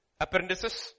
Apprentices